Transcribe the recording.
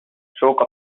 stroke